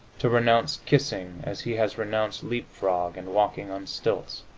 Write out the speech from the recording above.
to renounce kissing as he has renounced leap-frog and walking on stilts.